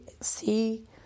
see